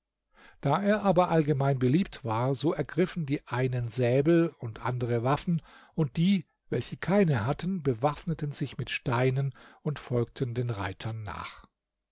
da er aber allgemein beliebt war so ergriffen die einen säbel und andere waffen und die welche keine hatten bewaffneten sich mit steinen und folgten den reitern nach